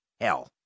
hell